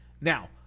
Now